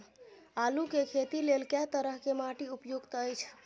आलू के खेती लेल के तरह के माटी उपयुक्त अछि?